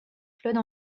claude